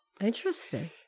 Interesting